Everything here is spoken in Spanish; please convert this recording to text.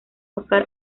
óscar